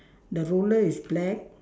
the roller is black